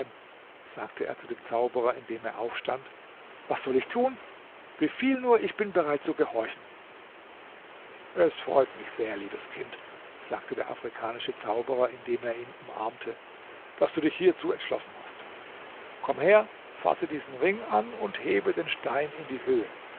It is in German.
sagte er zu dem zauberer indem er aufstand was soll ich tun befiehl nur ich bin bereit zu gehorchend es freut mich sehr liebes kind sagte der afrikanische zauberer indem er ihn umarmte daß du dich hierzu entschlossen hast komm her fasse diesen ring an und hebe den stein in die höhe